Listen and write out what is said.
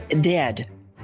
dead